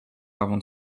avant